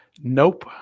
Nope